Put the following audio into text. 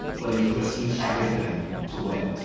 but is risking everything to win.